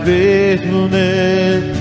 faithfulness